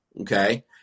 okay